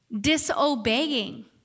disobeying